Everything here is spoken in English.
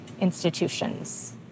institutions